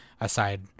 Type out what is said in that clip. Aside